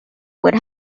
would